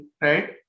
right